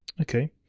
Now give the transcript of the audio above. Okay